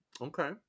Okay